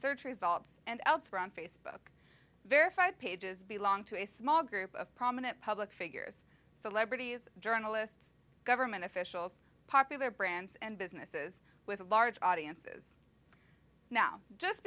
search results and elsewhere on facebook verified pages belong to a small group of prominent public figures celebrities journalists government officials popular brands and businesses with large audiences now just